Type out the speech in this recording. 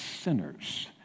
sinners